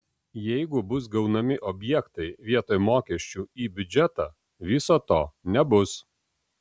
jeigu bus gaunami objektai vietoj mokesčių į biudžetą viso to nebus